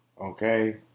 Okay